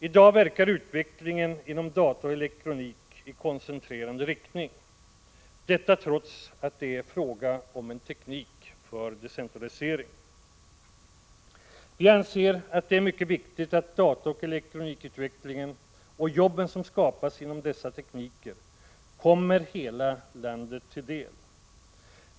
I dag verkar utvecklingen vad gäller data och elektronik i koncentrerande riktning, trots att det är fråga om teknik för decentralisering. Centerpartiet anser att det är mycket viktigt att utvecklingen vad gäller data och elektronik — och jobben som skapas på grundval av dessa tekniker — kommer hela landet till del.